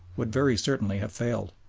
would very certainly have failed.